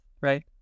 right